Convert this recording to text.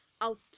out